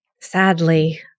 sadly